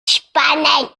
spannend